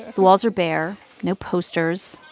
the walls are bare no posters,